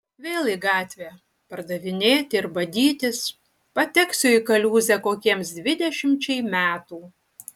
vėl į gatvę pardavinėti ir badytis pateksiu į kaliūzę kokiems dvidešimčiai metų